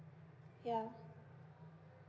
yeah